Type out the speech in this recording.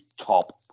top